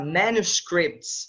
manuscripts